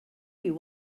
you